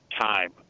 time